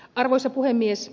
arvoisa puhemies